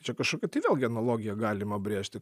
čia kažkokią tai vėlgi analogiją galima brėžti